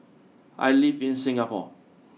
I live in Singapore